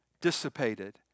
dissipated